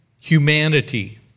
humanity